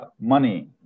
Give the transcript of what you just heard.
money